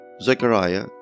Zechariah